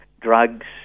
drugs